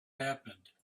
happened